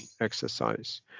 exercise